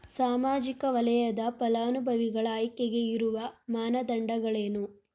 ಸಾಮಾಜಿಕ ವಲಯದ ಫಲಾನುಭವಿಗಳ ಆಯ್ಕೆಗೆ ಇರುವ ಮಾನದಂಡಗಳೇನು?